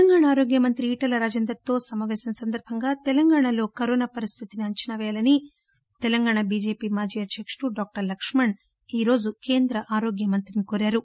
తెలంగాణ ఆరోగ్య మంత్రి ఈటెల రాజేందర్ తో సమాపేశం సందర్బంగా తెలంగాణలో కరోనా పరిస్థితిని అంచనా పేయాలని తెలంగాణ బిజెపి మాజీ అధ్యకుడు డాక్టర్ లక్ష్మణ్ ఈ రోజు కేంద్ర ఆరోగ్య మంత్రిని కోరారు